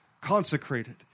consecrated